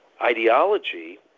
ideology